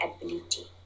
ability